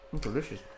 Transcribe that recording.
delicious